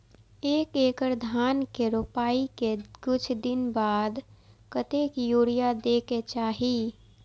एक एकड़ धान के रोपाई के कुछ दिन बाद कतेक यूरिया दे के चाही?